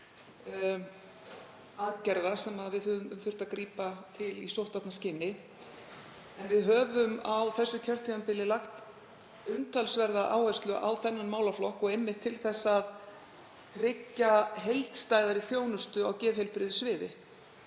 aðgerða sem við höfum þurft að grípa til í sóttvarnaskyni. Við höfum á þessu kjörtímabili lagt umtalsverða áherslu á þennan málaflokk og einmitt til að tryggja heildstæðari þjónustu á geðheilbrigðissviði.